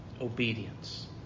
obedience